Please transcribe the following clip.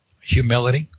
Humility